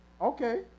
Okay